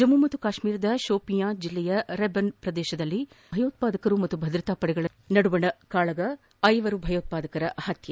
ಜಮ್ಮು ಮತ್ತು ಕಾಶ್ಮೀರದ ಶೋಪಿಯಾನ್ ಜಿಲ್ಲೆಯ ರೆಬನ್ ಪ್ರದೇಶದಲ್ಲಿ ಭಯೋತ್ಪಾದಕರು ಮತ್ತು ಭದ್ರತಾ ಪಡೆಗಳ ನಡುವೆ ಗುಂಡಿನ ಕಾಳಗ ಐವರು ಭಯೋತ್ವಾದಕರ ಹತ್ಯೆ